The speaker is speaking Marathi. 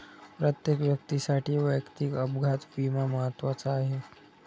प्रत्येक व्यक्तीसाठी वैयक्तिक अपघात विमा महत्त्वाचा आहे